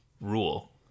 rule